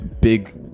big